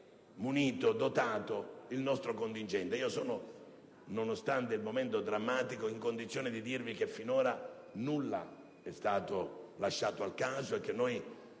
essere dotato il nostro contingente. Nonostante il momento drammatico, sono in condizione di dirvi che finora nulla è stato lasciato al caso, e che noi